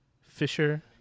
Fisher